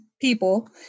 people